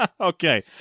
Okay